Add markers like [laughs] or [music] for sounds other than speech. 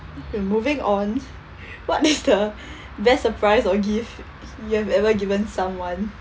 moving on [laughs] what is the [breath] best surprise or gift you have ever given someone